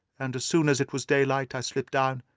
and as soon as it was daylight i slipped down,